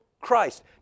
Christ